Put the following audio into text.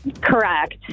Correct